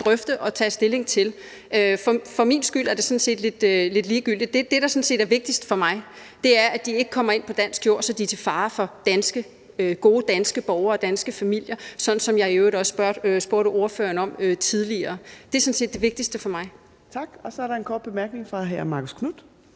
drøfte og tage stilling til. For min skyld er det sådan set lidt ligegyldigt. Det, der sådan set er vigtigst for mig, er, at de ikke kommer ind på dansk jord, så de er til fare for gode danske borgere og danske familier, hvad jeg i øvrigt også spurgte ordføreren til tidligere. Det er sådan set det vigtigste for mig. Kl. 14:53 Fjerde næstformand (Trine Torp): Tak.